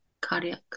cardiac